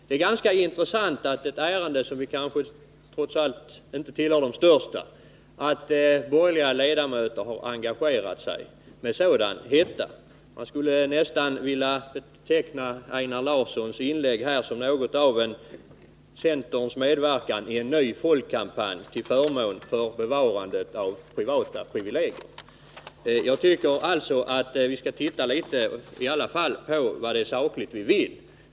Det är ganska intressant att borgerliga ledamöter har engagerat sig med en sådan hetta för ett ärende som kanske trots allt inte tillhör de största. Man skulle nästan vilja beteckna Einar Larssons inlägg här som ett inslag i en ny centerpartistisk folkkampanj för bevarandet av privata privilegier. Jag tycker emellertid att man bör se litet mera på vad det är som vi i sak vill åstadkomma.